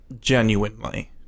genuinely